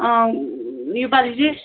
यो पालि चाहिँ